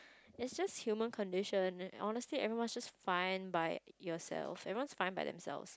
is just human condition honestly everyone is just fine by yourself everyone is just fine by themselves